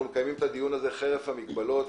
אנחנו מקיימים את הדיון הזה חרף המגבלות,